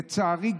לצערי,